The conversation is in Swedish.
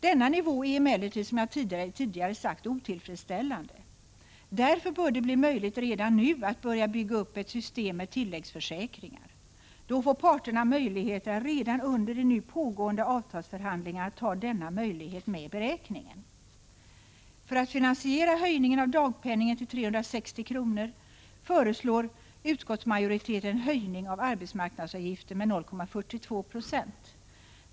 Denna nivå är emellertid, som jag tidigare sagt, otillfredsställande. Därför bör det bli möjligt redan nu att börja bygga upp ett system med tilläggsförsäkringar. Då får parterna möjligheter att redan under de nu pågående avtalsförhandlingarna ta denna möjlighet med i beräkningen. För att finansiera höjningen av dagpenningen till 360 kr. föreslår utskottsmajoriteten en höjning av arbetsmarknadsavgiften med 0,42 96.